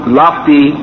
lofty